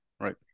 Right